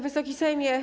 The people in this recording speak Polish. Wysoki Sejmie!